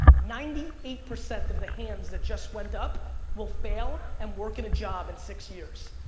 ninety eight percent of the hands that just went up will fail and work in a job in six years.